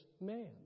man